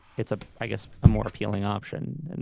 it's a i guess a more appealing option.